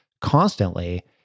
constantly